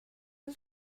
els